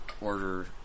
order